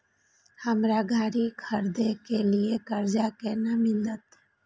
हमरा गाड़ी खरदे के लिए कर्जा केना मिलते?